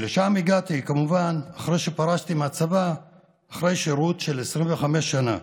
לשם הגעתי כמובן אחרי שפרשתי מהצבא אחרי שירות של 25 שנה.